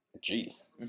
Jeez